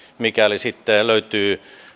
mikäli sitten löytyy